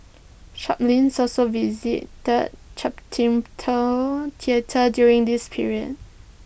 Chaplin also visited theatre during this period